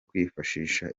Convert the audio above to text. kwifashisha